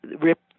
rip